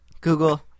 Google